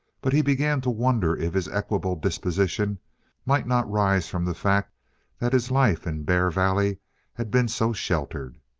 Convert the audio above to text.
but he began to wonder if his equable disposition might not rise from the fact that his life in bear valley had been so sheltered.